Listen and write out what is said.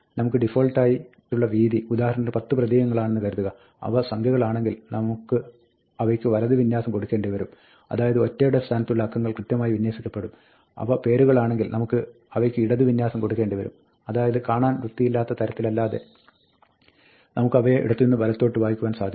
നമുക്ക് ഡിഫാൾട്ടായിട്ടുള്ള വീതി ഉദാഹരണത്തിന് 10 പ്രതീകങ്ങളാണെന്ന് കരുതുക അവ സംഖ്യകളാണെങ്കിൽ നമുക്ക് അവയ്ക്ക് വലത് വിന്യാസം കൊടുക്കേണ്ടി വരും അതായത് ഒറ്റയുടെ സ്ഥാനത്തുള്ള അക്കങ്ങൾ കൃത്യമായി വിന്യസിക്കപ്പെടും അവ പേരുകളാണെങ്കിൽ നമുക്ക് അവയ്ക്ക് ഇടത് വിന്യാസം കൊടുക്കേണ്ടി വരും അതായത് കാണാൻ വൃത്തിയില്ലാത്ത തരത്തിലല്ലാതെ നമുക്ക് അവയെ ഇടത്തുനിന്ന് വലത്തോട്ടേക്ക് വായിക്കുവാൻ സാധിക്കും